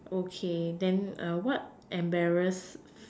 okay then what embarrass